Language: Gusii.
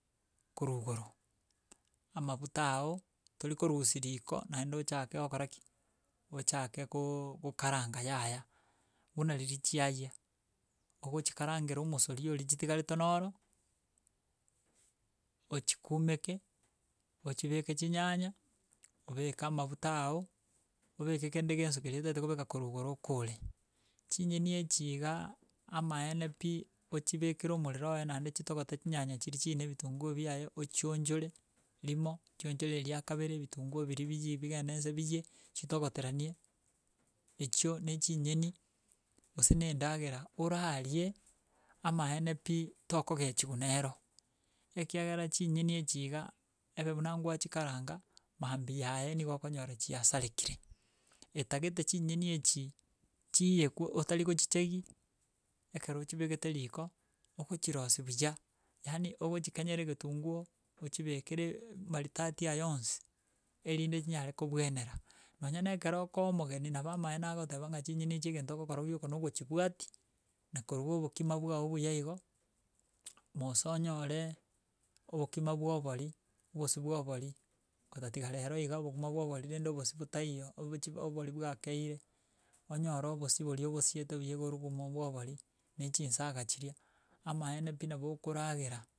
Korwa igoro, amabuta ago tori korusia riko naende ochake gokora ki ochake koooo gokaranga yaya, buna riria chiayia ogochikarangera omosori oria chitigarete noro ochikumeke, ochibeke chinyanya obeke amabuta ago, obeke kende gionsi keri otagete kobeka korwa igoro okore, chinyeni echi igaa amaene pi ochibekere omorero oye naende chitogote chinyanya chiria chiiyie na ebitunguo biaye ochionchore rimo ochionchore ria kabere ebitunguo biria biyiie bigenese biyiie, chitogoteranie, echio na chinyeni gose na endagera orarie amaene pi tokogechiwa nero, ekiagera chinyeni echi iga ebe buna ngwachikaranga mambia yaye niga okonyora chiasarekire, etagete chinyeni echi chiyekwe otari gochichegi ekero ochibegete riko okochirosia buya, yaani ogochikenyera egetunguo ochibekere maridadi ayonsi, erinde chinyare kobwenera. Nonya na ekere okoa omogeni nabo amaene agoteba ng'a chinyeni echi egento ogokora gioka nogochibwatia na koruga obokima bwago buya igo, moreso onyoree obokima bwa obori, obosie bwa obori, kotatiga rero iga obokuma bwa obori rende obosie botaiyo obochi obori bwakeire, onyore obosie bori obosiete buya iga oruge obokima bwa obori na chinsaga chiria amaene pi nabo okoragera.